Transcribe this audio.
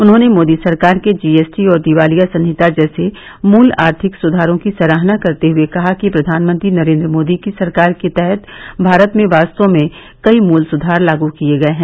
उन्होंने मोदी सरकार के जीएसटी और दिवालिया संहिता जैसे मूल आर्थिक सुधारों की सराहना करते हुए कहा कि प्रधानमंत्री नरेन्द्र मोदी की सरकार के तहत भारत में वास्तव में कई मूल सुधार लागू किए गए हैं